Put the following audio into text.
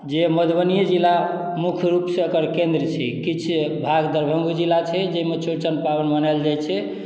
जे मधुबनीये जिला मुख्य रूप सँ एकर केन्द्र छै किछु भाग दरभंगो जिला छै जाहिमे चौड़चन पाबनि मनायल जाइ छै